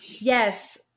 Yes